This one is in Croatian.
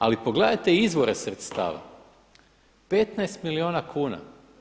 Ali pogledajte izvore sredstava 15 milijuna kuna.